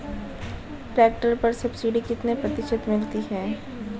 Tractor पर subsidy कितने प्रतिशत मिलती है?